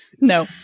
No